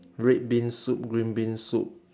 red bean soup green bean soup